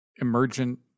emergent